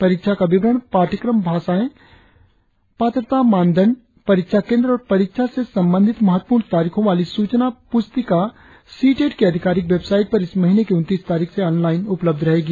परीक्षा का विवरण पाठ्यक्रम भाषाए पात्रता मानदंड परीक्षा केंद्र और परीक्षा से संबंधित महत्वपूर्ण तारीखो वाली सूचना पुस्तिका सीटीईटी की आधिकारिक वेबसाइट पर इस महीने की उन्तीस तारीख से ऑनलाइन उपलब्ध रहेगी